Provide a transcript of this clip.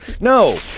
No